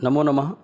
नमो नमः